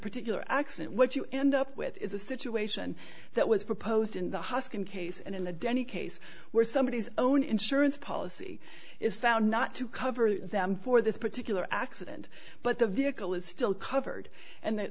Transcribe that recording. particular acts what you end up with is a situation that was proposed in the hoskin case and in the denny case where somebody is own insurance policy is found not to cover them for this particular accident but the vehicle is still covered and